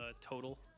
total